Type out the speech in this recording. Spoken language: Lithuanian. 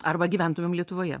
arba gyventumėm lietuvoje